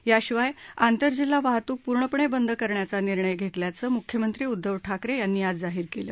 याशिवाय आंतर जिल्हा वाहतूक पूर्णपणे बंद करण्याचा निर्णय घेतल्याचं मुख्यमंत्री उद्दव ठाकरे यांनी आज जाहीर केल